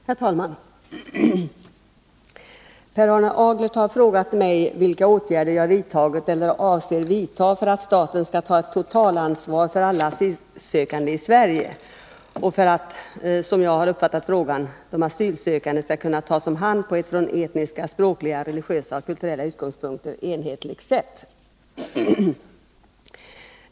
Herr talman! Per Arne Aglert har frågat mig vilka åtgärder jag vidtagit eller avser vidta för att staten skall ta ett totalansvar för alla asylsökande i Sverige och för att, som jag uppfattat frågan, de asylsökande skall kunna tas om hand på ett från etniska, språkliga, religiösa och kulturella utgångspunkter enhetligt sätt.